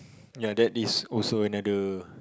ya that is also another